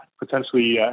potentially